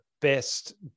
best